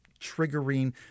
triggering